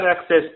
access